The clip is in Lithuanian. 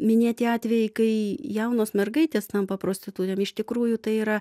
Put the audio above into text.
minėti atvejai kai jaunos mergaitės tampa prostitutėm iš tikrųjų tai yra